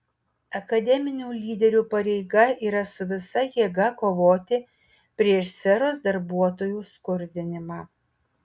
akademinių lyderių pareiga yra su visa jėga kovoti prieš sferos darbuotojų skurdinimą